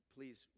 Please